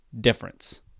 difference